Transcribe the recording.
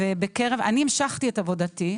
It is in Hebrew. אני המשכתי את עבודתי,